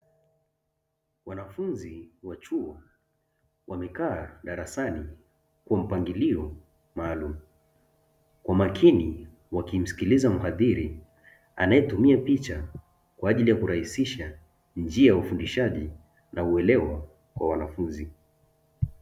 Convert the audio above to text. Wanafunzi wa chuo wamekaa darasani kwa mpangilio maalumu. Kwa makini wakimsikiliza mhadhiri anayetumia picha kwa ajili ya kirahisisha njia ya ufundishaji na uelewa kwa wanafunzi.